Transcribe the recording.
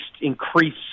increase